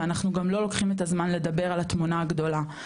ואנחנו גם לא לוקחים את הזמן לדבר על התמונה הגדולה.